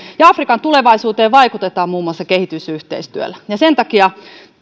afrikan tulevaisuuteen vaikutetaan muun muassa kehitysyhteistyöllä ja sen takia